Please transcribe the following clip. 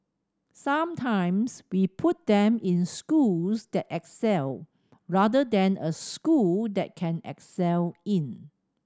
sometimes we put them in schools that excel rather than a school that can excel in